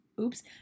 Oops